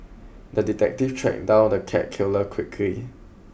the detective tracked down the cat killer quickly